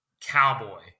cowboy